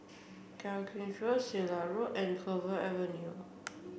Sirat Road and Clover Avenue